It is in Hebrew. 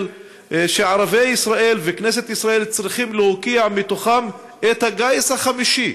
ש"ערביי ישראל וכנסת ישראל צריכים להוקיע מתוכם את הגיס החמישי",